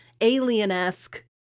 alien-esque